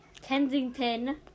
Kensington